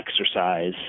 exercise